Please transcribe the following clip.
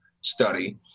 study